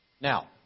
Now